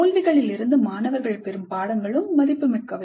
தோல்விகளில் இருந்து மாணவர்கள் பெறும் பாடங்களும் மதிப்புமிக்கவை